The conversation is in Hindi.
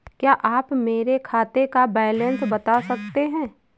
क्या आप मेरे खाते का बैलेंस बता सकते हैं?